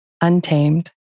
untamed